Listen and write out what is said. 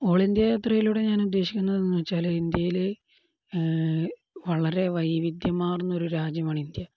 all India യാത്രയിലൂടെ ഞാൻ ഉദ്ദേശിക്കുന്നതെന്നുവച്ചാല് ഇന്ത്യയില് വളരെ വൈവിധ്യമാര്ന്നൊരു രാജ്യമാണ് ഇന്ത്യ